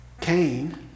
Cain